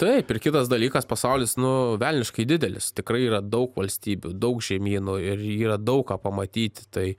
taip ir kitas dalykas pasaulis nu velniškai didelis tikrai yra daug valstybių daug žemynų ir yra daug ką pamatyti tai